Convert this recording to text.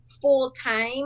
full-time